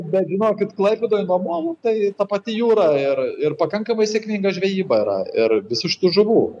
bet žinokit klaipėdoj nuo molų tai ta pati jūra ir ir pakankamai sėkminga žvejyba yra ir visų šitų žuvų